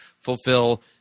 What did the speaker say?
fulfill